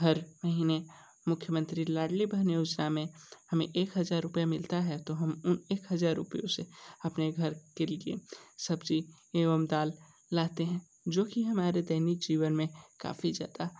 हर महीने मुख्यमंत्री लाड़ली बहन योजना में हमें एक हज़ार रूपये मिलते हैं तो हम उन एक हज़ार रूपये से अपने घर के लिए सब्ज़ी एवं दाल लाते हैं जो कि हमारे दैनिक जीवन में काफ़ी ज़्यादा